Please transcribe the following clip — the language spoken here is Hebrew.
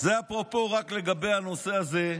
זה אפרופו רק לגבי הנושא הזה,